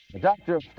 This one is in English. Doctor